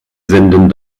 senden